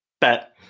Bet